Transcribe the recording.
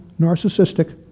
narcissistic